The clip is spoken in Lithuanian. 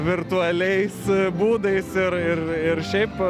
virtualiais būdais ir ir ir šiaip